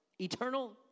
eternal